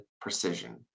precision